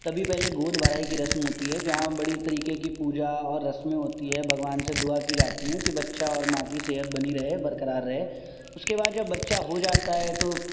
تبھی پہلے گود بھرائی کی رسم ہوتی ہے جہاں بڑی طریکے کی پوجا اور رسمیں ہوتی ہے بھوان سے دعا کی جاتی ہیں کہ بچہ اور ماں کی صحت بنی رہے برقرار رہے اس کے بعد جب بچہ ہو جاتا ہے تو